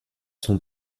son